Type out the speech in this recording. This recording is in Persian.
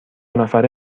نفره